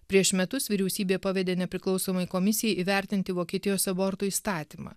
prieš metus vyriausybė pavedė nepriklausomai komisijai įvertinti vokietijos abortų įstatymą